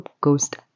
ghost